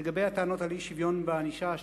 לגבי הטענות על אי-שוויון בענישה,